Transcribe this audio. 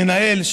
המנהל,